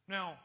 Now